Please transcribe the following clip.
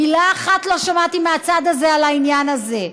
מילה אחת לא שמעתי מהצד הזה על העניין הזה,